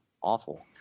awful